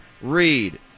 Reed